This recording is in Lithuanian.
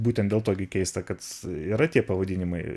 būtent dėl to gi keista kad yra tie pavadinimai